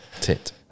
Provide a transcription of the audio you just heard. Tit